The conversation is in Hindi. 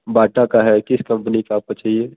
बाटा का है किस कंपनी का आपको चाहिए